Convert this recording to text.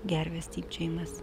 gervės stypčiojimas